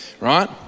right